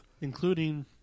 Including